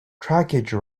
trackage